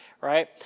right